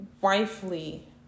wifely